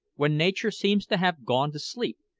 when nature seems to have gone to sleep,